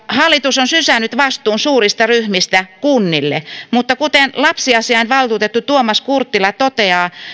hallitus on sysännyt vastuun suurista ryhmistä kunnille mutta kuten lapsiasiainvaltuutettu tuomas kurttila toteaa